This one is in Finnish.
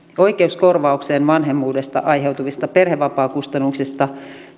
oikeuden korvaukseen vanhemmuudesta aiheutuvista perhevapaakustannuksista